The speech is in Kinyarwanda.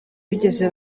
bigeze